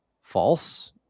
false